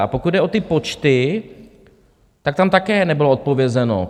A pokud jde o ty počty, tak tam také nebylo odpovězeno.